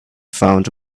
found